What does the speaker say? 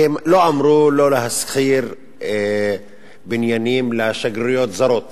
כי הם לא אמרו לא להשכיר בניינים לשגרירויות זרות,